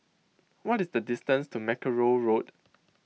what is the distance to Mackerrow Road